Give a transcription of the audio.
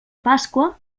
pasqua